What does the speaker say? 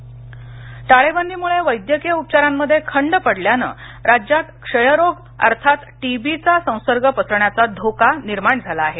पणे टाळेबंदीमुळे वैद्यकीय उपचारांमध्ये खंड पडल्याने राज्यात क्षयरोग अर्थात टीबीचा संसर्ग पसरण्याचा धोका निर्माण झाला आहे